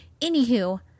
anywho